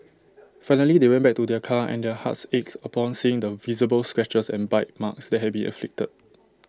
finally they went back to their car and their hearts ached upon seeing the visible scratches and bite marks that had been inflicted